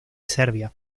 serbia